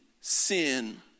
sin